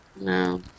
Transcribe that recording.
No